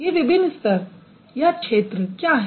ये विभिन्न स्तर या क्षेत्र क्या हैं